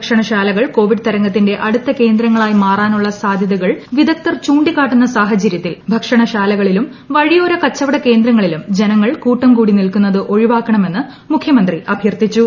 ഭക്ഷണശാലകൾ Covid തരംഗത്തിന്റെ കേന്ദ്രങ്ങളായി മാറാനുള്ള സാധ്യതകൾ വിദഗ്ധർ അടുത്ത ചൂണ്ടിക്കാട്ടുന്ന സാഹചര്യത്തിൽ ഭക്ഷണശാലകളിലും വഴിയോര കച്ചവട കേന്ദ്രങ്ങളിലും ജനങ്ങൾ കൂട്ടം കൂടി നിൽക്കുന്നത് ഒഴിവാക്കണമെന്ന് മുഖ്യമന്ത്രി അഭ്യർത്ഥിച്ചു